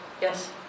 yes